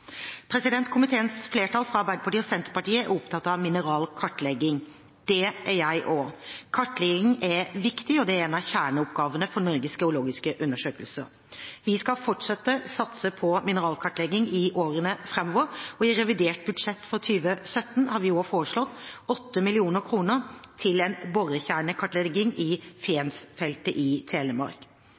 Komiteens medlemmer fra Arbeiderpartiet og Senterpartiet er opptatt av mineralkartlegging. Det er jeg også. Kartlegging er viktig og er en av kjerneoppgavene for Norges geologiske undersøkelse, NGU. Vi skal fortsette å satse på mineralkartlegging i årene framover. I revidert budsjett for 2017 har vi også foreslått 8 mill. kr til en borekjernekartlegging i Fensfeltet i Telemark.